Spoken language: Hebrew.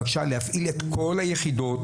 בבקשה להפעיל את על היחידות,